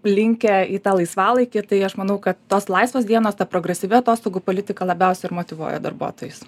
linkę į tą laisvalaikį tai aš manau kad tos laisvos dienos ta progresyvi atostogų politika labiausiai ir motyvuoja darbuotojus